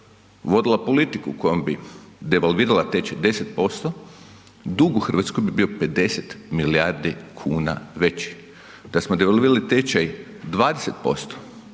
vodila politiku kojom bi devalvirala tečaj 10%, dug u Hrvatskoj bi bio 50 milijardi kuna veći. Da smo devalvirali tečaj 20%,